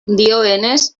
dioenez